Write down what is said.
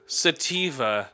sativa